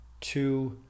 two